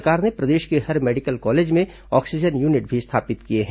राज्य सरकार ने प्रदेश के हर मेडिकल कॉलेज में ऑक्सीजन यूनिट भी स्थापित किए हैं